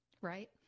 right